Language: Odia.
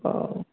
ହଉ